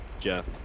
Jeff